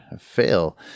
fail